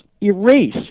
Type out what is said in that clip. erase